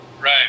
Right